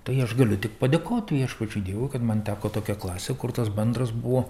tai aš galiu tik padėkot viešpačiui dievui kad man teko tokią klasę kur tas bendras buvo